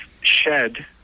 shed